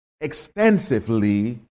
extensively